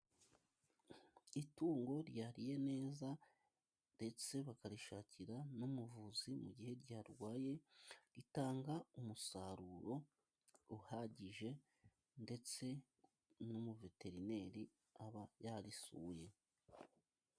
Itungo ryariye neza, ndetse bakarishakira n'umuvuzi mu gihe ryarwaye, ritanga umusaruro uhagije, ndetse n'umuveterineri aba yarisuye.